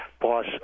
boss